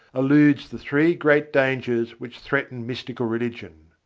eludes the three great dangers which threaten mystical religion.